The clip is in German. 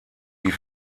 die